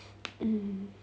mm